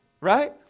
right